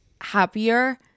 happier